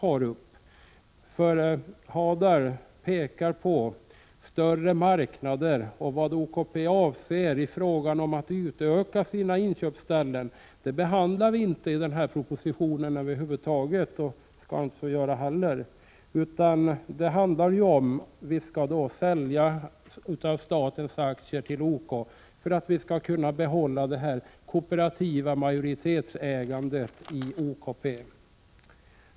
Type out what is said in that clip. Hadar Cars pekar också på större marknader. Men vad OKP avser i fråga om att utöka sina inköpsställen behandlas över huvud taget inte i propositionen och skall inte heller behandlas där. Staten skall sälja en del av sina aktier till OK för att det kooperativa majoritetsägandet av OKP skall kunna behållas.